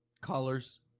Colors